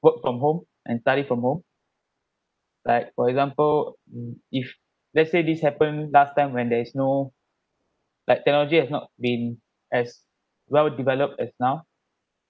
work from home and study from home like for example mm if let 's say this happened last time when there is no like technology has not been as well developed as now